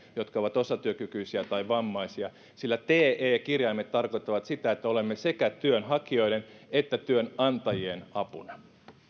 jotka ovat osatyökykyisiä tai vammaisia sillä te te kirjaimet tarkoittavat sitä että olemme sekä työnhakijoiden että työnantajien apuna